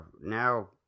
now